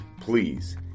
Please